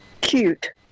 cute